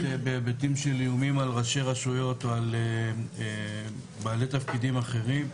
בהיבטים של איומים על ראשי רשויות או על בעלי תפקידים אחרים.